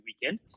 weekend